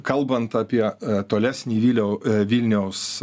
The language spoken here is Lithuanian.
kalbant apie tolesnį viliau vilniaus